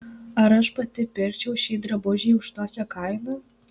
ar aš pati pirkčiau šį drabužį už tokią kainą